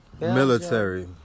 Military